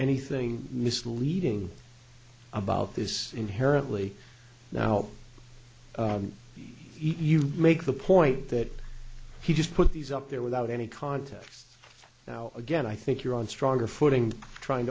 anything misleading about this inherently now you make the point that he just put these up there without any context now again i think you're on stronger footing trying